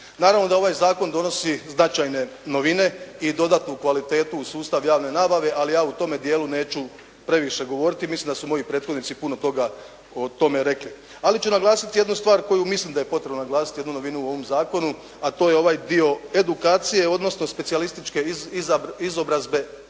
Naravno da ovaj zakon donosi značajne novine i dodatnu kvalitetu u sustav javne nabave, ali ja u tome dijelu neću previše govoriti. Mislim da su moji prethodnici puno toga o tome rekli. Ali ću naglasiti jednu stvar koju mislim da je potrebno naglasiti, jednu novinu u ovom zakonu, a to je ovaj dio edukacije, odnosno specijalističke izobrazbe kadrova